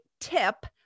tip